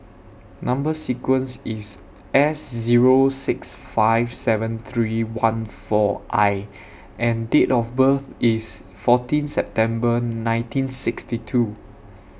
Number sequence IS S Zero six five seven three one four I and Date of birth IS fourteen September nineteen sixty two